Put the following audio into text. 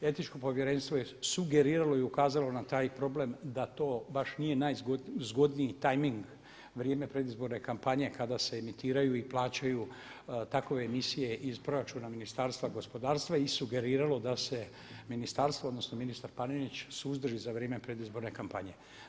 Etičko povjerenstvo je sugeriralo i ukazalo na taj problem da to baš nije najzgodniji timing, vrijeme predizborne kampanje kada se emitiraju i plaćaju takove emisije iz proračuna Ministarstva gospodarstva i sugeriralo da se ministarstvo, odnosno ministar Panenić suzdrži za vrijeme predizborne kampanje.